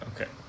okay